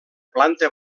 planta